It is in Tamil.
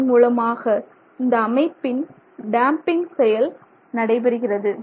இதன் மூலமாக இந்த அமைப்பில் டேம்பிங் செயல் நடைபெறுகிறது